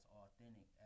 authentic